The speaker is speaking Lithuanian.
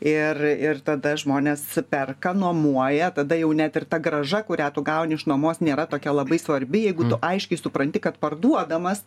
ir ir tada žmonės perka nuomoja tada jau net ir ta grąža kurią tu gauni iš nuomos nėra tokia labai svarbi jeigu tu aiškiai supranti kad parduodamas